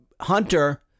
Hunter